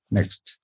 Next